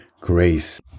grace